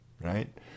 right